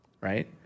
right